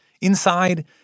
Inside